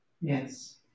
Yes